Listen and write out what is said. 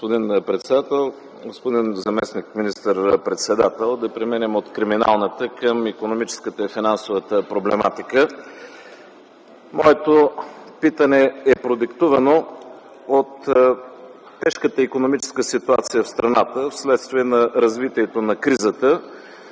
Господин председател, господин заместник министър-председател! Да преминем от криминалната към икономическата и финансовата проблематика. Моето питане е продиктувано от тежката икономическа ситуация в страната, вследствие на развитието на кризата